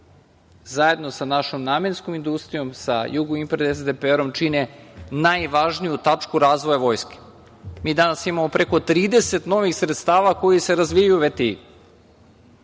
zajedno sa našom Namenskom industrijom, sa Jugoimport SDPR-om čine najvažniju tačku razvoja vojske. Mi danas imamo preko 30 novih sredstava koja se razvijaju,